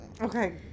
okay